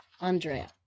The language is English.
Andrea